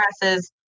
presses